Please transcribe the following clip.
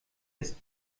ist